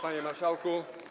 Panie Marszałku!